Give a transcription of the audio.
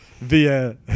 via